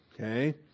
okay